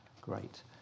Great